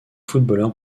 footballeur